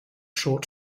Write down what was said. short